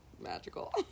magical